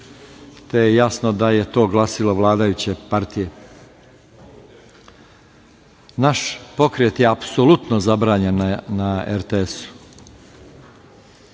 te je jasno da je to glasilo vladajuće partije. Naš pokret je apsolutno zabranjen na RTS-u.